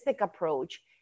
approach